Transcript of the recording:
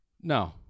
No